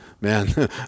Man